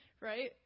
right